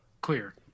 clear